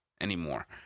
anymore